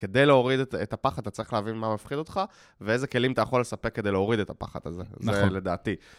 כדי להוריד את הפחד, אתה צריך להבין מה מפחיד אותך, ואיזה כלים אתה יכול לספק כדי להוריד את הפחד הזה. זה לדעתי.